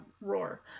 roar